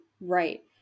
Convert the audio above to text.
Right